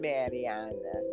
Mariana